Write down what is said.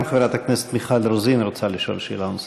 גם חברת הכנסת מיכל רוזין רוצה לשאול שאלה נוספת.